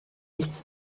nichts